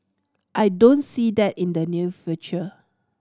I don't see that in the near future